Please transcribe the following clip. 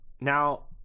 Now